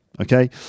Okay